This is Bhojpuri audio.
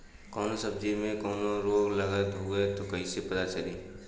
कौनो सब्ज़ी में कवन रोग लागल ह कईसे पता चली?